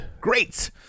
Great